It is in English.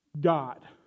God